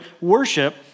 worship